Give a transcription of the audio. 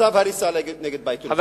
צו הריסה נגד "בית יהונתן".